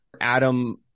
Adam